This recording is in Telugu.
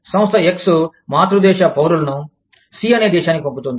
సంస్థ X మాతృ దేశ పౌరులను C అనే దేశానికి పంపుతుంది